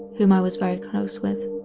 whom i was very close with.